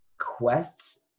quests